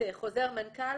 חוזר מנכ"ל.